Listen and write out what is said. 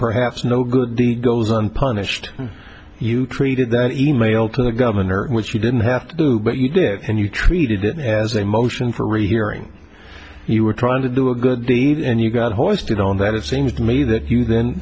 perhaps no good deed goes unpunished and you treated the e mail to the governor which you didn't have to do but you did and you treated it as a motion for rehearing you were trying to do a good deed and you got hosed on that it seems to me that you then